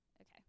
Okay